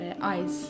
eyes